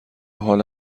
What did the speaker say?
حال